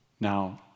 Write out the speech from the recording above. Now